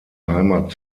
heimat